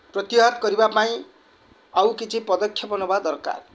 ପ୍ରତ୍ୟାହତ କରିବା ପାଇଁ ଆଉ କିଛି ପଦକ୍ଷେପ ନବା ଦରକାର